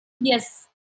Yes